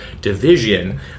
division